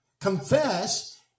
confess